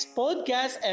podcast